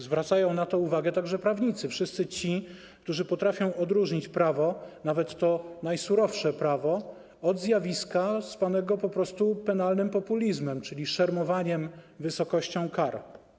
Zwracają na to uwagę także prawnicy, wszyscy ci, którzy potrafią odróżnić prawo, nawet to najsurowsze, od zjawiska zwanego penalnym populizmem, czyli od szermowania wysokością kar.